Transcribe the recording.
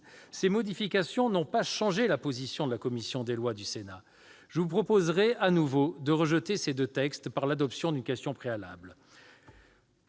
Ces modifications n'ont pas changé la position de la commission des lois du Sénat : je vous proposerai à nouveau de rejeter les deux textes par l'adoption d'une question préalable.